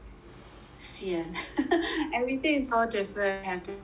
sian everything is all different have to change